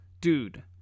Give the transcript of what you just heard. Dude